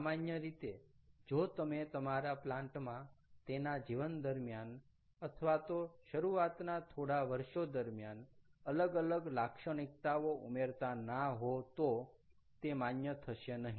સામાન્ય રીતે જો તમે તમારા પ્લાન્ટ માં તેના જીવન દરમ્યાન અથવા તો શરૂઆતના થોડા વર્ષો દરમ્યાન અલગ અલગ લાક્ષણિકતાઓ ઉમેરતા ના હો તો તે માન્ય થશે નહીં